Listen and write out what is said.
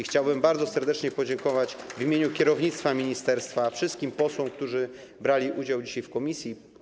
Chciałbym bardzo serdecznie podziękować w imieniu kierownictwa ministerstwa wszystkim posłom, którzy brali udział w pracach komisji.